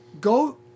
go